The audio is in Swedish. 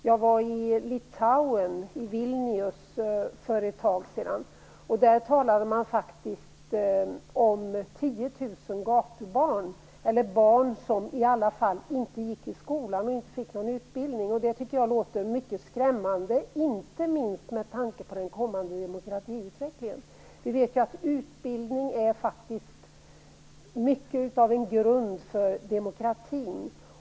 Jag var i Litauen, i Vilnius, för ett tag sedan, och där talade man faktiskt om 10 000 gatubarn, eller barn som i alla fall inte gick i skolan och inte fick någon utbildning. Det tycker jag låter mycket skrämmande, inte minst med tanke på den kommande demokratiutvecklingen. Vi vet att utbildning faktiskt är mycket av grunden för demokratin.